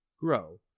grow